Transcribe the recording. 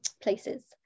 places